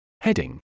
Heading